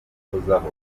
uguhozaho